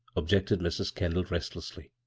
objected mrs. kendall, restiessly.